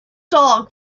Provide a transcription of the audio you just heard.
dog